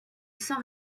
sans